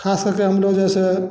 खास कर के हम लोग जैसे